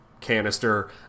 canister